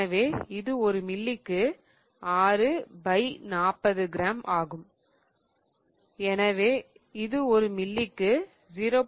எனவே இது ஒரு மில்லிக்கு 6 40 கிராம் ஆகும் எனவே இது ஒரு மில்லிக்கு 0